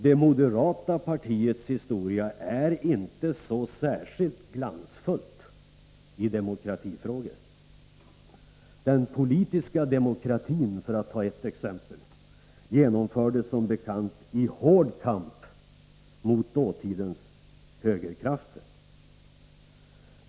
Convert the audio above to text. Det moderata partiets historia är inte så särskilt glansfull när det gäller demokratifrågor. Den politiska demokratin, för att ta ett exempel, genomfördes som bekant i hård kamp mot dåtidens högerkrafter.